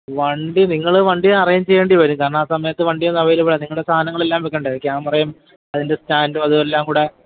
വണ്ടി നിങ്ങൾ വണ്ടി അറേഞ്ച് ചെയ്യേണ്ടി വരും കാരണം ആ സമയത്തു വണ്ടി ഒന്നും അവൈലബിളല്ല നിങ്ങളുടെ സാധനങ്ങളെല്ലാം വെയ്ക്കണ്ടേ ക്യാമറയും അതിൻ്റെ സ്റ്റാൻഡും അതും എല്ലാം കൂടി